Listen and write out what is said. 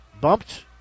bumped